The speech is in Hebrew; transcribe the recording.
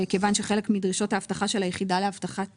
כיוון שחלק מדרישות האבטחה של היחידה לאבטחת